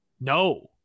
No